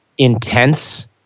intense